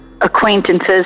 acquaintances